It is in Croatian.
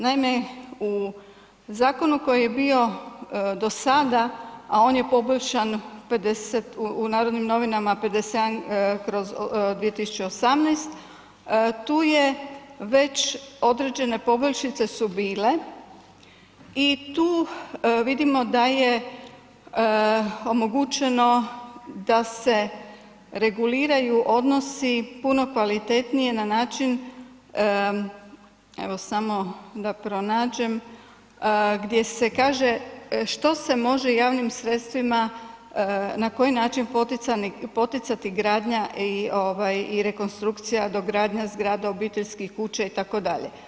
Naime, u zakonu koji je bio do sada a one je poboljšan u Narodnim novinama 57/2018, tu je već određene poboljšice su bile i tu vidimo da je omogućeno da se reguliraju odnosi puno kvalitetnije na način evo samo da pronađem, gdje se kaže što se može javnim sredstvima, na koji način poticati gradnja i rekonstrukcija, dogradnja zgrada, obiteljskih kuća itd.